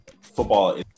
football